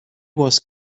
was